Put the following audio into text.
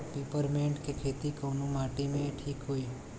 Peppermint के खेती कवने माटी पे ठीक होई?